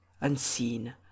unseen